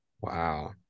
Wow